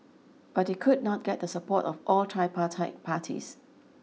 but he could not get the support of all tripartite parties